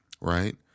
right